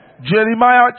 Jeremiah